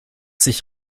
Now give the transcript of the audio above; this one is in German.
sich